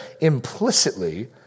implicitly